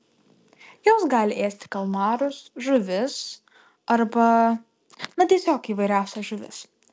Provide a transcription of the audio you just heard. jos gali ėsti kalmarus žuvis arba na tiesiog įvairiausias žuvis